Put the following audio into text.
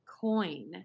coin